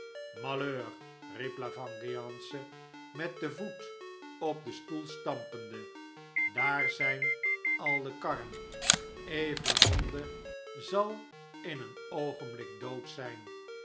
riep la vengeance met den voet op den stoel stampende daar zijn al de karren evremonde zal in een oogenblik dood zijn